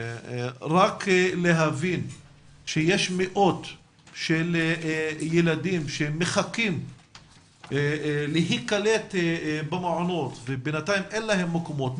יש מאות ילדים שמחכים להיקלט במעונות ובינתיים אין להם מקומות.